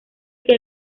que